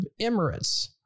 Emirates